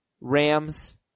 Rams